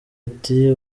ati